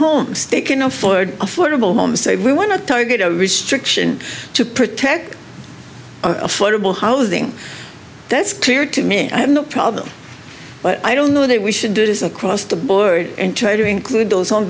homes they can afford affordable homes say we want to target a restriction to protect affordable housing that's clear to me and i have no problem but i don't know that we should do this across the board and try to include those on